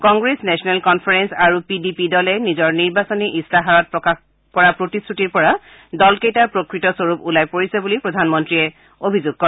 কংগ্ৰেছ নেশ্যনেল কনফাৰেল আৰু P D P দলে নিজৰ নিৰ্বাচনী ইস্তাহাৰত কৰা প্ৰতিশ্ৰুতিৰ পৰা দলকেইটাৰ প্ৰকৃত স্বৰূপ ওলাই পৰিছে বুলিও প্ৰধানমন্ত্ৰীয়ে উল্লেখ কৰে